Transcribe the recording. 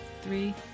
Three